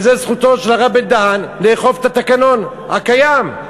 וזו זכותו של הרב בן-דהן לאכוף את התקנון הקיים.